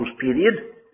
period